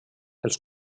els